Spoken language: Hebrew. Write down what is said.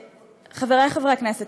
חברי חברי הכנסת,